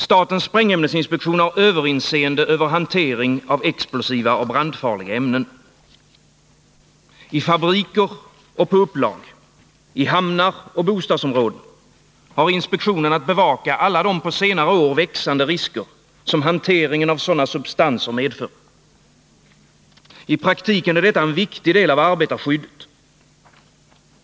Statens sprängämnesinspektion har överinseende över hanteringen av explosiva och brandfarliga ämnen. I fabriker och på upplag, i hamnar och i bostadsområden har inspektionen att bevaka de på senare år allt större riskerna som hanteringen av sådana substanser medför. I praktiken är detta en viktig del av arbetarskyddet.